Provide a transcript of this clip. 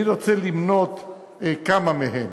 אני רוצה למנות כמה מהן: